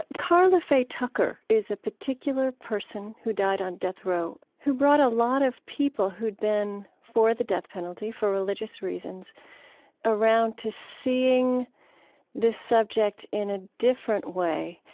karla faye tucker is a particular person who died on death row who brought a lot of people who'd been for the death penalty for religious reason around to seeing this subject in a different way,